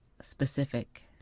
specific